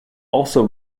also